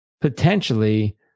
potentially